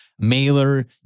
mailer